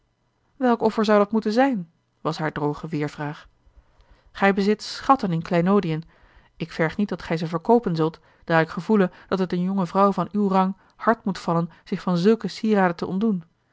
welk offer zou dat moeten zijn was haar droge weêrvraag gij bezit schatten in kleinoodiën ik verg niet dat gij ze verkoopen zult daar ik gevoele dat het eene jonge vrouw van uw rang hard moet vallen zich van zulke sieraden te ontdoen